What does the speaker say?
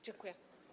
Dziękuję.